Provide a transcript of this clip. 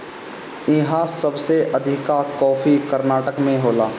इहा सबसे अधिका कॉफ़ी कर्नाटक में होला